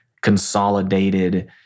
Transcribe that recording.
consolidated